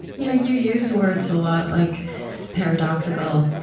you know you use words a lot like paradoxical,